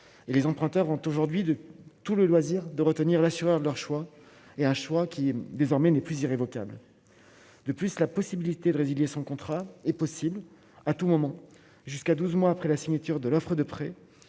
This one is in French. les emprunteurs ont aujourd'hui de tout le loisir de retenir l'assureur de leur choix est un choix qui est désormais n'est plus irrévocable de plus la possibilité de résilier son contrat est possible à tout moment jusqu'à 12 mois après la signature de l'offre de prêt,